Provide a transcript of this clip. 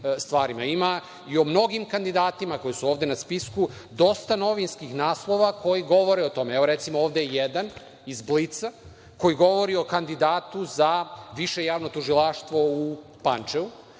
mnogo kandidata koji su ovde na spisku, dosta novinskih naslova koji govore o tome. Evo, recimo, ovde jedan iz „Blica“, koji govori o kandidatu za Više javno tužilaštvo u Pančevu,